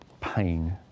pain